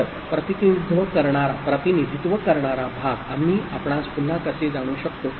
तर प्रतिनिधित्व करणारा भाग आम्ही आपणास पुन्हा कसे जाणू शकतो